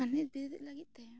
ᱞᱟᱹᱜᱤᱫ ᱛᱮ